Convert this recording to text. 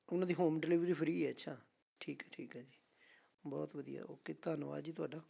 ਉਹਨਾਂ ਦੀ home delivery free ਹੈ ਅੱਛਾ ਠੀਕ ਹੈ ਠੀਕ ਹੈ ਜੀ ਬਹੁਤ ਵਧੀਆ ਓਕੇ ਧੰਨਵਾਦ ਜੀ ਤੁਹਾਡਾ